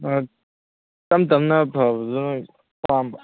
ꯇꯝ ꯇꯝꯅ ꯐꯕꯗꯨꯅ ꯑꯣꯏ ꯄꯥꯝꯕ